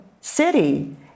city